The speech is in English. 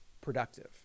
productive